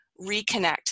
reconnect